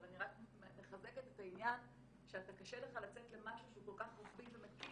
אבל אני רק מחזקת את העניין שקשה לך לצאת למשהו שהוא כל כך רוחבי ומקיף,